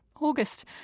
August